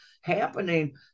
happening